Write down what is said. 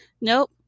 Nope